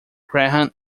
graham